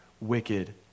wicked